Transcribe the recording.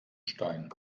stein